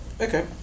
Okay